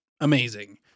amazing